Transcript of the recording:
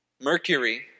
Mercury